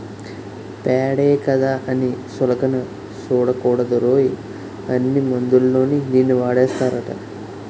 పేడే కదా అని సులకన సూడకూడదురోయ్, అన్ని మందుల్లోని దీన్నీ వాడేస్తారట